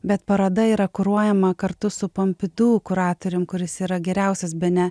bet paroda yra kuruojama kartu su pompidu kuratorium kuris yra geriausias bene